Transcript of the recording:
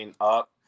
up